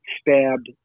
stabbed